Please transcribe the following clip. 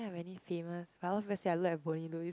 is there many famous but a lot of people say I look like Bonnie-Loo